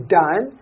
done